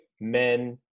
men